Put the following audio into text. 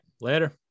Later